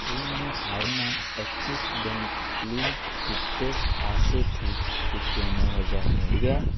શું મેં હાલમાં એક્સિસ બેંક લીમ હિતેશ પાસેથી રૂપિયા નવ હજાર મેળવ્યાં